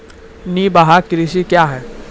निवाहक कृषि क्या हैं?